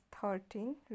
thirteen